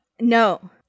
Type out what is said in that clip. No